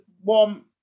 one